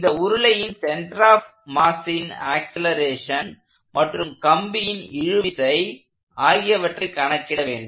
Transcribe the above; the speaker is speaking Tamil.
இந்த உருளையின் சென்டர் ஆப் மாஸின் ஆக்சலேரேஷன் மற்றும் கம்பியின் இழுவிசை ஆகியவற்றை கணக்கிட வேண்டும்